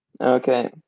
Okay